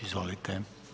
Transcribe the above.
Izvolite.